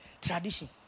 tradition